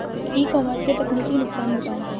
ई commerce के तकनीकी नुकसान बताएं?